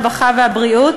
הרווחה והבריאות,